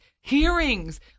hearings